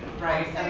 right.